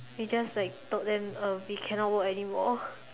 we just like we told them uh we cannot work anymore